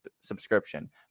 subscription